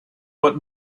what